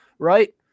Right